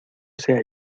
sea